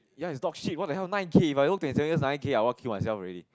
ya it's dog shit what the hell nine K if I work twenty seven years nine K I want to kill myself already